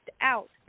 out